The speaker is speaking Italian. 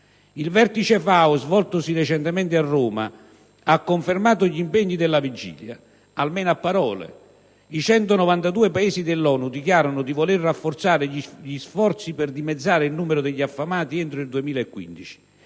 Il Vertice FAO, svoltosi recentemente a Roma, ha confermato gli impegni della vigilia. Almeno a parole: i 192 Paesi dell'ONU dichiarano di voler rafforzare gli sforzi per dimezzare il numero degli affamati entro il 2015.